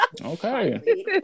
Okay